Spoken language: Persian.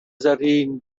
زرین